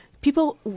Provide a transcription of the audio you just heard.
People